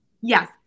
yes